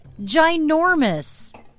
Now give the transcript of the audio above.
Ginormous